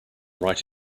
write